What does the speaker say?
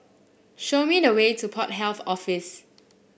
show me the way to Port Health Office